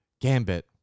Gambit